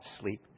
sleep